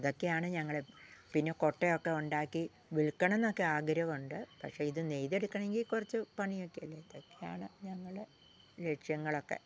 അതൊക്കെയാണ് ഞങ്ങള് പിന്നെ കൊട്ടയൊക്കെ ഉണ്ടാക്കി വിൽക്കണം എന്നൊക്കെ ആഗ്രഹമുണ്ട് പക്ഷെ ഇത് നെയ്തെടുക്കണമെങ്കിൽ കുറച്ച് പണിയൊക്കെ അല്ലേ ഇതൊക്കെയാണ് ഞങ്ങളുടെ ലക്ഷ്യങ്ങളൊക്കെ